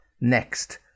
Next